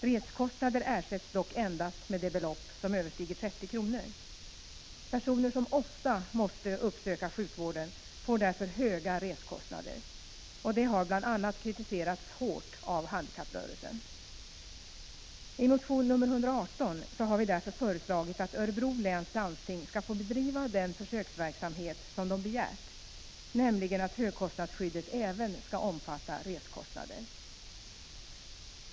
Resekostnader ersätts dock endast med det belopp som överstiger 30 kr. Personer som ofta måste uppsöka sjukvården får därför höga resekostnader. Detta har bl.a. kritiserats hårt av handikapprörelsen. I motion 118 har vi därför föreslagit att Örebro läns landsting skall få bedriva den försöksverksamhet som man begärt, nämligen att högkostnadsskyddet även skall omfatta resekostnader.